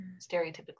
stereotypically